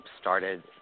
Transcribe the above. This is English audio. started